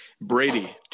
Brady